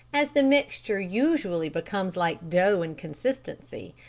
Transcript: as the mixture usually becomes like dough in consistency,